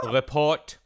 Report